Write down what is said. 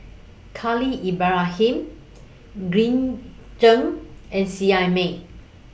Khalil Ibrahim Green Zeng and Seet Ai Mee